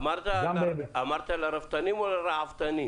אמרת "לרפתנים"